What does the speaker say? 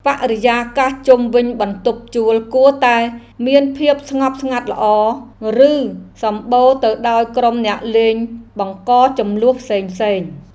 បរិយាកាសជុំវិញបន្ទប់ជួលគួរតែមានភាពស្ងប់ស្ងាត់ល្អ មិនសម្បូរទៅដោយក្រុមអ្នកលេងបង្កជម្លោះផ្សេងៗ។